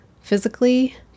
physically